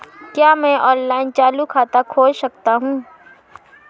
क्या मैं ऑनलाइन चालू खाता खोल सकता हूँ?